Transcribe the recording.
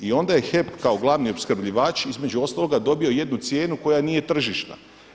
I onda je HEP kao glavni opskrbljivač između ostaloga dobio jednu cijenu koja nije tržišna.